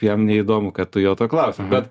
jam neįdomu kad tu jo to klausi bet